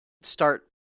start